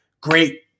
great